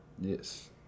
Yes